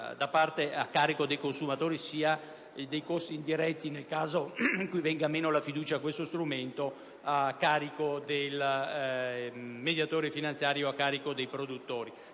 i costi a carico dei consumatori sia i costi indiretti, nel caso venga meno la fiducia a questo strumento, a carico del mediatore finanziario o dei produttori.